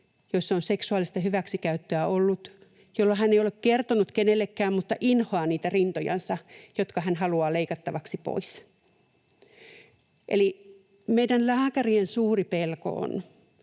joissa on ollut seksuaalista hyväksikäyttöä, jolloin hän ei ole kertonut kenellekään, mutta inhoaa niitä rintojansa, jotka hän haluaa leikattavaksi pois. Eli meidän lääkärien suuri pelko on,